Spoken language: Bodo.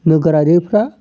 नोगोरारिफोरा